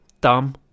dumb